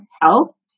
health